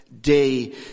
day